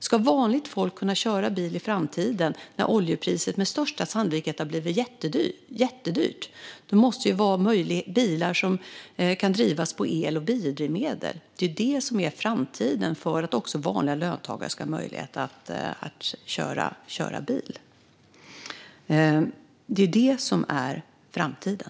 Ska vanligt folk kunna köra bil i framtiden, när oljan med största sannolikhet har blivit jättedyr, måste det finnas bilar som kan drivas med el och biodrivmedel. Det är det som är framtiden för att också vanliga löntagare ska ha möjlighet att köra bil. Det är det som är framtiden.